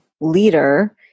leader